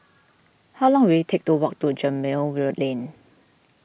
how long will it take to walk to Gemmill will Lane